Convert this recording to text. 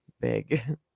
Big